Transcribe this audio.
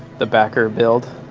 the backer build.